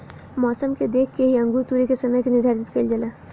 मौसम के देख के ही अंगूर तुरेके के समय के निर्धारित कईल जाला